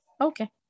Okay